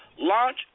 launch